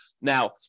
Now